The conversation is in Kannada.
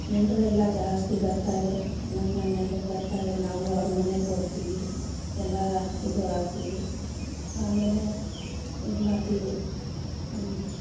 ನೆಂಟರೆಲ್ಲ ಜಾಸ್ತಿ ಬರ್ತಾರೆ ನಮ್ಮನೆಗೂ ಬರ್ತಾರೆ ನಾವು ಅವರ ಮನೆಗೆ ಹೋಗ್ತೀವಿ ಎಲ್ಲ ಇದು ಆಗ್ತೀವಿ ಆಮೇಲೆ ಇದು ಮಾಡ್ತೀವಿ